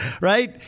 Right